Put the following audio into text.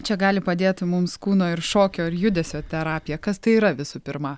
čia gali padėt mums kūno ir šokio ir judesio terapija kas tai yra visų pirma